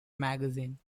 magazine